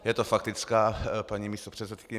Je to faktická, paní místopředsedkyně.